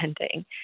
ending